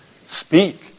Speak